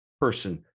person